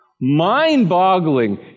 mind-boggling